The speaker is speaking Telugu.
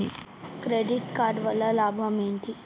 క్రెడిట్ కార్డు వల్ల లాభం ఏంటి?